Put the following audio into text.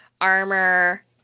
Armor